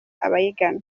abayigana